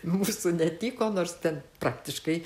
mūsų netiko nors ten praktiškai